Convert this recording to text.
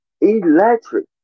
Electric